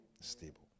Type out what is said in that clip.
stable